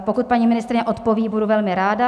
Pokud paní ministryně odpoví, budu velmi ráda.